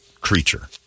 creature